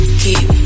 keep